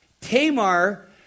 Tamar